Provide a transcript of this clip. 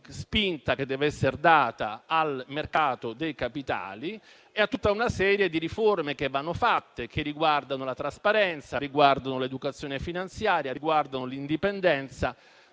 che deve essere data al mercato dei capitali e a tutta una serie di riforme che vanno fatte e riguardano la trasparenza, l'educazione finanziaria, l'indipendenza